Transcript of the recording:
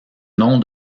nom